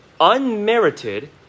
unmerited